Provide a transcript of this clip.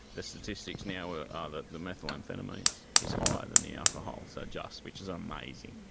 the statistics now are ah that the methyl amphetamines is higher than the alcohol, so just, which is amazing.